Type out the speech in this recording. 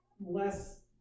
less